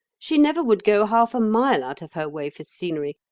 she never would go half a mile out of her way for scenery.